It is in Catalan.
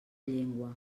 llengua